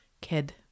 Kid